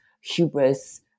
hubris